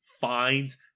finds